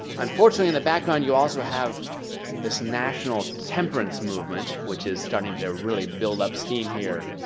unfortunately in the background you also have this national temperance movement, which is starting to really build up steam here,